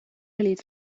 olid